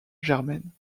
germaine